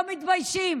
לא מתביישים.